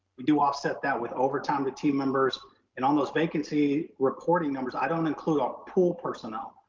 we do offset that with overtime, with team members and on those vacancy reporting numbers, i don't include our pool personnel.